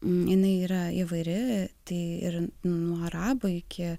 jinai yra įvairi tai ir nuo arabų iki